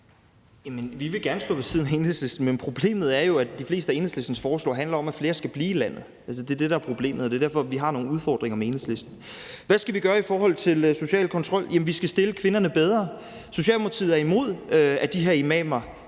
Vi vil gerne stå ved siden af Enhedslisten, men problemet er jo, at de fleste af Enhedslistens forslag handler om, at flere skal blive i landet. Det er det, der er problemet, og det er derfor, vi har nogle udfordringer med Enhedslisten. Hvad skal vi gøre i forhold til social kontrol? Jamen vi skal stille kvinderne bedre. Socialdemokratiet er imod, at de her imamer